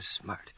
smart